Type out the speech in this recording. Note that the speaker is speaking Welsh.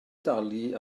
dalu